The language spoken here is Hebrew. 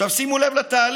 עכשיו, שימו לב לתהליך.